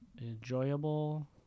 Enjoyable